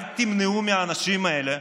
אל תמנעו מהאנשים האלה,